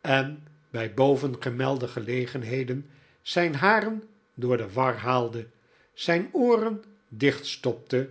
en bij bovengemelde gelegenheden zijn haren door de war haalde zijn ooren dichtstopte